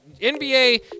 NBA